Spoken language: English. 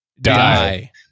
die